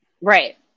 Right